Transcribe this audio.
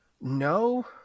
No